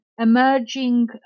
emerging